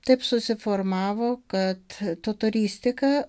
taip susiformavo kad totoristika